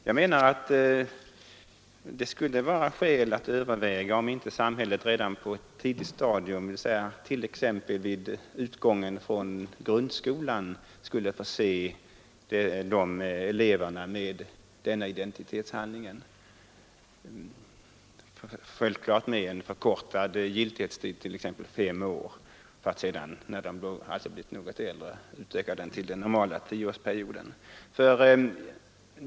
Jag menar att det skulle vara skäl att överväga om inte samhället redan på ett tidigt stadium, t.ex. vid utgången från grundskolan, skulle förse eleverna med ifrågavarande identitetshandling, självfallet med en förkortad giltighetstid, kanske fem år. För dem som blivit något äldre kan giltighetstiden sedan utökas till den normala tioårsperioden.